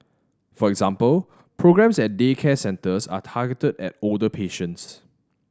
for example programmes at daycare centres are targeted at older patients